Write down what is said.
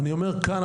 אני אומר: כאן,